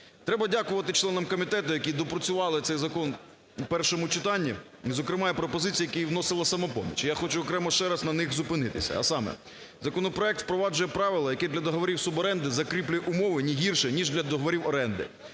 Треба дякувати членам комітету, які доопрацювали цей закон у першому читанні, і, зокрема, є пропозиції, які вносила "Самопоміч", я хочу окремо ще раз на них зупинитися. А саме: законопроект впроваджує правила, які для договорів суборенди закріплює умови не гірше, ніж для договорів оренди.